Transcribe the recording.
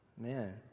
man